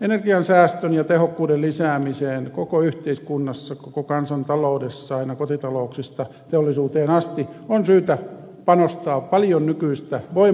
energiansäästön ja tehokkuuden lisäämiseen koko yhteiskunnassa koko kansantaloudessa aina kotitalouksista teollisuuteen asti on syytä panostaa paljon nykyistä voimallisemmin